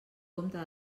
compte